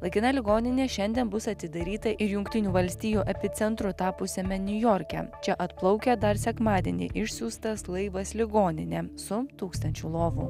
laikina ligoninė šiandien bus atidaryta ir jungtinių valstijų epicentru tapusiame niujorke čia atplaukia dar sekmadienį išsiųstas laivas ligoninė su tūkstančiu lovų